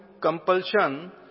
compulsion